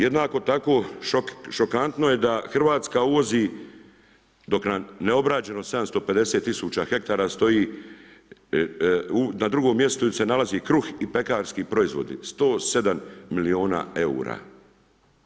Jednako tako šokantno je da Hrvatska uvozi dok nam je neobrađeno 750.000 hektara stoji, na drugom mjestu se nalazi kruh i pekarski proizvodi 107 milijuna eura.